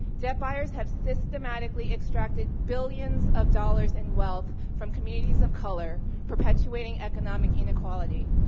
debt buyers have systematically extracted billions of dollars in wealth from communities of color, perpetuating economic inequality.